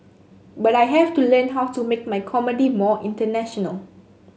but I have to learn how to make my comedy more international